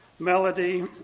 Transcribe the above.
Melody